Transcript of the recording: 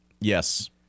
Yes